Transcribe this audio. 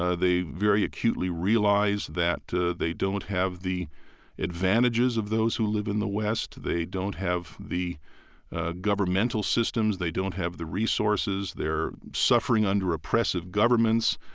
ah they very acutely realize that they don't have the advantages of those who live in the west. they don't have the governmental systems, they don't have the resources, they're suffering under oppressive governments.